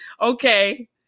okay